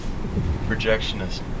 projectionist